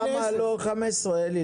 למה לא 15, אלי?